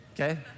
Okay